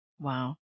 Wow